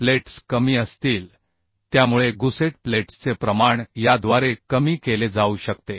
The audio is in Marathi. प्लेट्स कमी असतील त्यामुळे गुसेट प्लेट्सचे प्रमाण याद्वारे कमी केले जाऊ शकते